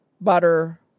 butter